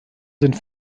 sind